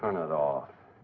turn it off